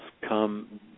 come